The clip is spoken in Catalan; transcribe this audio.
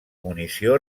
munició